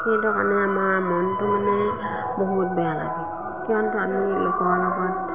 কিন্তু আমাৰ ধৰক মনটো বহুত বেয়া লাগে কিয়নো আমি